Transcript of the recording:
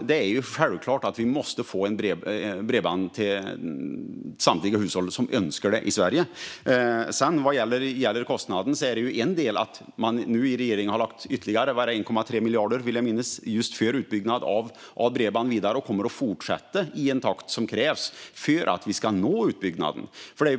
Det är självklart att vi måste få bredband till samtliga hushåll som önskar det i Sverige. Vad gäller kostnaden är en del att regeringen har lagt ytterligare 1,3 miljarder, vill jag minnas, just till utbyggnad av bredband. Och man kommer att fortsätta i den takt som krävs för att vi ska nå utbyggnaden.